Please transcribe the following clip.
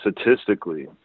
statistically